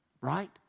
Right